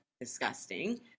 Disgusting